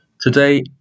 Today